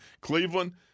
Cleveland